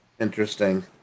Interesting